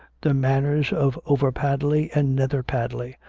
the manors of over padley and nether padley,